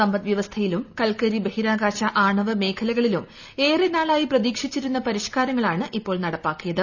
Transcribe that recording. സമ്പദ് വ്യവസ്ഥയിലും കൽക്കരി ബഹിരാകാശ ആണവ മേഖലകളിലും ഏറെ നാളായി പ്രതീക്ഷിച്ചിരുന്ന പരിഷ്ക്കാരങ്ങളാണ് ഇപ്പോൾ നടപ്പാക്കിയത്